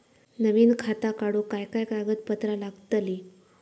नवीन खाता काढूक काय काय कागदपत्रा लागतली?